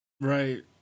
Right